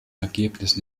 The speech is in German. ergebnis